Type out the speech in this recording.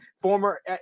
former